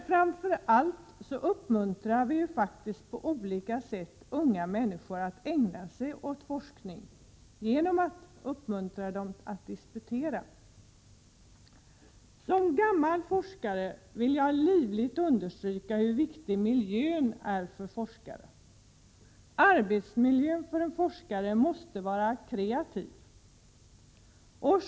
Framför allt uppmuntrar vi faktiskt på olika sätt unga människor att ägna sig åt forskning genom att uppmuntra dem till att disputera. Som gammal forskare vill jag livligt understryka hur viktig miljön är för forskare. Arbetsmiljön för en forskare måste vara kreativ.